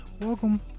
welcome